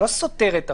זה לא סותר את החוק.